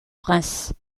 prince